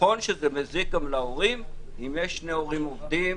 נכון שזה מזיק גם להורים אם שני ההורים עובדים.